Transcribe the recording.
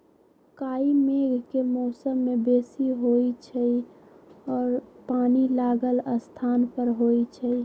काई मेघ के मौसम में बेशी होइ छइ आऽ पानि लागल स्थान पर होइ छइ